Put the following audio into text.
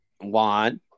One